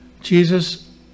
Jesus